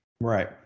Right